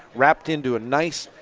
wrapped into a nice,